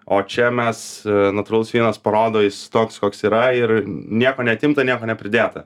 o čia mes natūralus vynas parodo jis toks koks yra ir nieko neatimta nieko nepridėta